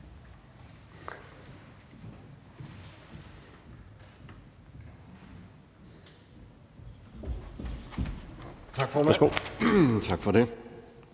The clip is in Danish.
Tak for det,